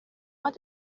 más